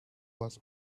was